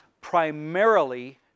primarily